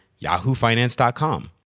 YahooFinance.com